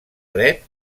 dret